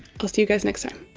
i'll see you guys next time.